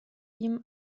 ihm